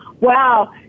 Wow